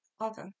okay